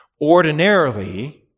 Ordinarily